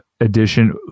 edition